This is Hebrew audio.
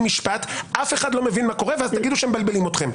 משפט אף אחד לא מבין מה קורה ואז תגידו שמבלבלים אתכם.